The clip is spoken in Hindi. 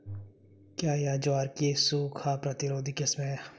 क्या यह ज्वार की सूखा प्रतिरोधी किस्म है?